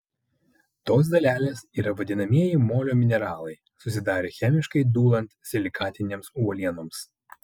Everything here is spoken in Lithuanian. tos dalelės yra vadinamieji molio mineralai susidarę chemiškai dūlant silikatinėms uolienoms